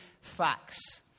facts